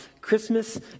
Christmas